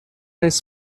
his